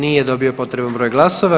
Nije dobio potreban broj glasova.